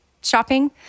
shopping